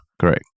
Correct